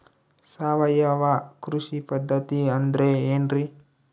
ಸಾವಯವ ಕೃಷಿ ಪದ್ಧತಿ ಅಂದ್ರೆ ಏನ್ರಿ?